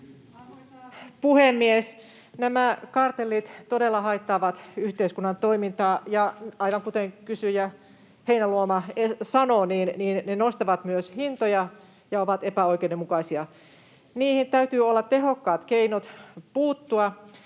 Arvoisa puhemies! Nämä kartellit todella haittaavat yhteiskunnan toimintaa, ja aivan kuten kysyjä Heinäluoma sanoi, ne nostavat myös hintoja ja ovat epäoikeudenmukaisia. Niihin täytyy olla tehokkaat keinot puuttua.